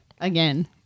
again